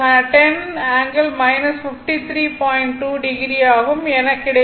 2o ampere எனக் கிடைக்கும்